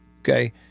Okay